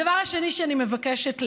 הדבר השני שאני מבקשת להגיד,